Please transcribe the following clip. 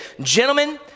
Gentlemen